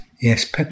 Yes